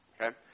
okay